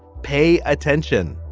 pay attention